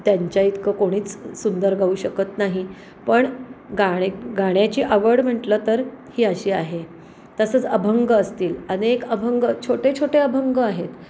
त्यांच्याइतकं कोणीच सुंदर गाऊ शकत नाही पण गाणे गाण्याची आवड म्हंटलं तर ही अशी आहे तसंच अभंग असतील अनेक अभंग छोटेछोटे अभंग आहेत